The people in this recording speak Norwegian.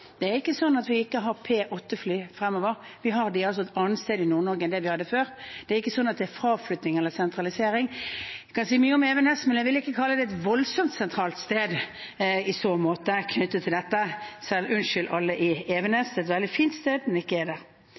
Det er ikke sånn at vi ikke har P-8-fly fremover, vi har dem et annet sted i Nord-Norge enn vi hadde før, det er ikke sånn at det er fraflytting eller sentralisering. Man kan si mye om Evenes, men knyttet til dette vil jeg ikke kalle det et voldsomt sentralt sted i så måte. Unnskyld, alle i Evenes – det er et veldig fint sted.